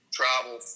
travel